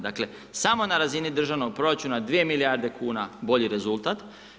Dakle samo na razini državnog proračuna 2 milijarde kuna bolji rezultat.